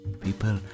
people